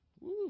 Woo